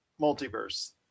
Multiverse